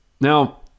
Now